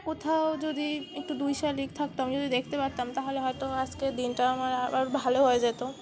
কোথাও যদি একটু দুই শালিক দেখতাম যদি দেখতে পারতাম তাহলে হয়তো আজকের দিনটা আমার আবার ভালো হয়ে যেত